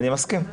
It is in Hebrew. אני מסכים.